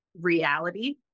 reality